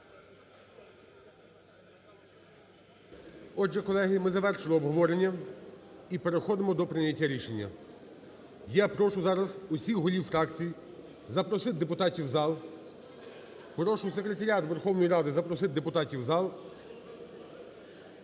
Отже, колеги, ми завершили обговорення і переходимо до прийняття рішення. Я прошу зараз усіх голів фракцій запросити депутатів в зал, прошу Секретаріат Верховної Ради запросити депутатів в зал.